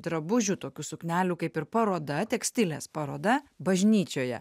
drabužių tokių suknelių kaip ir paroda tekstilės paroda bažnyčioje